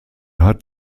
hat